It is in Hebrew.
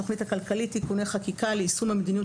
הכלכלית (תיקוני חקיקה ליישום המדיניות